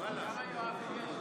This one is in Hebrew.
כמה יואבים יש?